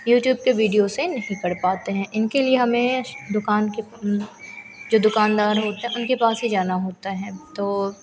YouTube के video से नहीं कर पाते हैं इनके लिए हमें दुक़ान के जो दुक़ानदार होता है उनके पास ही जाना होता है तो